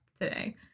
today